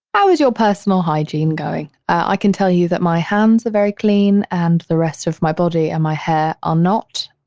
how is your personal hygiene going? i can tell you that my hands are very clean and the rest of my body and my hair are not.